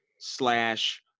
slash